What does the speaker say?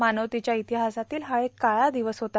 मानवतेच्या ईर्मातहासातील हा एक काळा र्दिवस होता